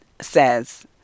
says